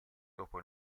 dopo